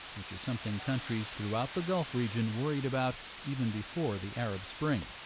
which is something countries throughout the gulf region worried about even before the arab spring